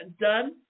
done